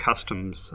customs